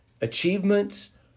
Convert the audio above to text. achievements